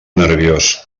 nerviós